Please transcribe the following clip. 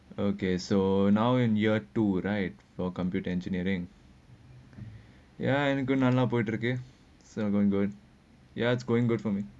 okay so now in year two right for computer engineering ya and good என்னாகும் நல்ல போயிட்டுருக்கு இருக்கு:ennagum nalla poyitturukku irukku it's going good for me